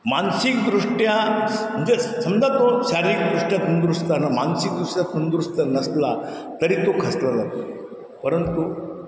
मानसिकदृष्ट्या म्हणजे समजा तो शारीरिकदृष्ट्या तंदुरुस्त आणि मानसिकदृष्ट्या तंदुरुस्त नसला तरी तो खचला जा परंतु